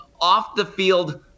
off-the-field